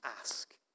ask